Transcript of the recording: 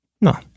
No